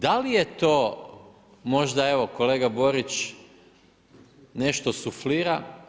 Da li je to, možda evo kolega Borić nešto suflira.